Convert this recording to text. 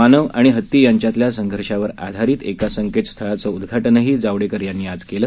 मानव आणि हती यांच्यातल्या संघर्षावर आधारीत एका संकेतस्थळाचं उदघाटनही जावडेकर यांनी आज केलं